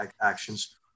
actions